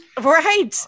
right